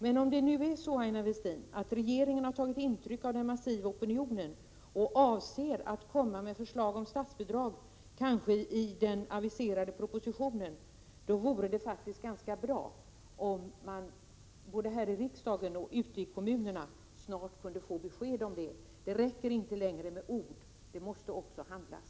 Men om det nu är så att regeringen har tagit intryck av den massiva opinionen och avser att komma med förslag om statsbidrag, kanske i den aviserade propositionen, då vore det bra om man båd? här i riksdagen och ute i kommunerna snart kunde få besked om det. Det räcker inte längre med ord. Det måste också handlas.